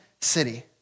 city